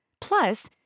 Plus